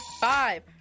five